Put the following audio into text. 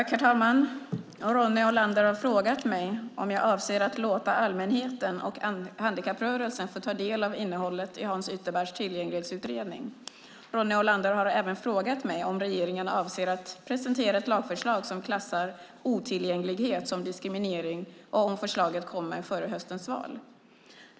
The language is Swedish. Herr talman! Ronny Olander har frågat mig om jag avser att låta allmänheten och handikapprörelsen få ta del av innehållet i Hans Ytterbergs tillgänglighetsutredning. Ronny Olander har även frågat mig om regeringen avser att presentera ett lagförslag som klassar otillgänglighet som diskriminering och om förslaget kommer före höstens val.